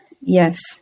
Yes